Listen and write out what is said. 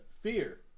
Fear